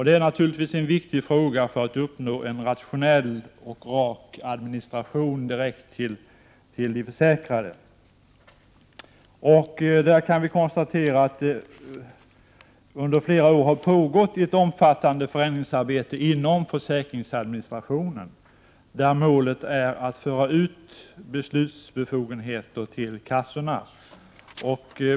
Det är naturligtvis viktigt att uppnå en rationell och rak administration direkt till de försäkrade. Vi kan konstatera att det under flera år har pågått ett omfattande förändringsarbete inom försäkringsadministrationen där målet är att föra ut beslutsbefogenheter till kassorna.